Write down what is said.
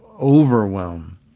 overwhelm